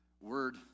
Word